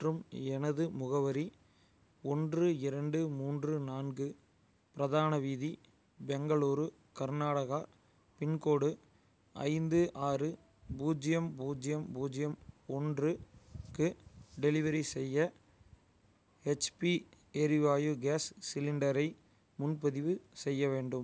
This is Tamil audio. மற்றும் எனது முகவரி ஒன்று இரண்டு மூன்று நான்கு பிரதான வீதி பெங்களூர் கர்நாடகா பின்கோடு ஐந்து ஆறு பூஜ்ஜியம் பூஜ்ஜியம் பூஜ்ஜியம் ஒன்றுக்கு டெலிவரி செய்ய ஹெச்பி எரிவாயு கேஸ் சிலிண்டரை முன்பதிவு செய்ய வேண்டும்